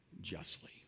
justly